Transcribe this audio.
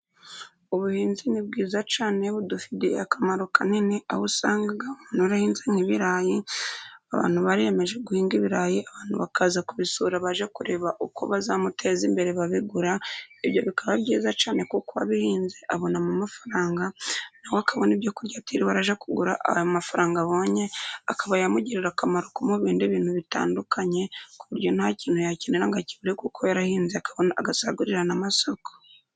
Ubuhinzi ni bwiza cyane budufitiye akamaro kanini aho usanga narahinze nk'ibirayi abantu bariyemeje guhinga ibirayi abantu bakaza kubisura baje kureba uko bazamuteza imbere babigura. Ibyo bikaba byiza cyane kuko uwabihinze abona amafaranga nawe akabona ibyo kurya atiriwe arajya kugura, ayo mafaranga abonye akaba yamugirira akamaro mu bindi bintu bitandukanye ku buryo nta kintu yakenera ngo akibure kuko yarahinze akakibona agasagurira n'amasoko.